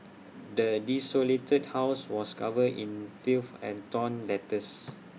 the desolated house was covered in filth and torn letters